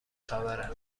خبره